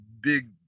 big